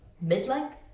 mid-length